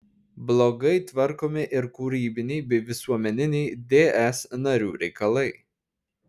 blogai tvarkomi ir kūrybiniai bei visuomeniniai ds narių reikalai